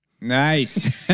Nice